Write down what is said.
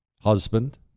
husband